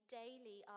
daily